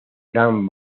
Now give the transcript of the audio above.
gran